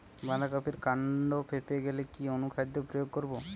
বাঁধা কপির কান্ড ফেঁপে গেলে কি অনুখাদ্য প্রয়োগ করব?